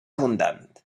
abundant